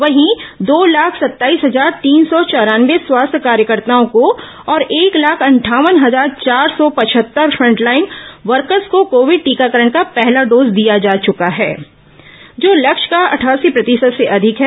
वहीं दो लाख सत्ताईस हजार तीन सौ चौरानवे स्वास्थ्य कार्यकर्ताओं को और एक लाख अंठावन हजार चार सौ पवहत्तर फ्रंटलाइन वर्कर्स को कोविड टीकाकरण का पहला डोज दिया जा चुका है जो लक्ष्य का अठासी प्रतिशत से अधिक है